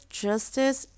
justice